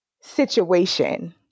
situation